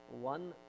one